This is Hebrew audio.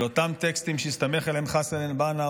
של אותם טקסטים שהסתמך עליהם חסן אל-בנא,